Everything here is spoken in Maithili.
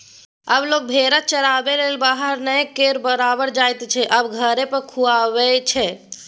आब लोक भेरा चराबैलेल बाहर नहि केर बराबर जाइत छै आब घरे पर खुआबै छै